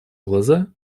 глаза